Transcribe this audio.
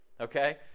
okay